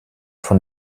von